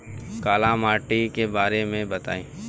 काला माटी के बारे में बताई?